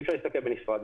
אי אפשר להסתכל בנפרד.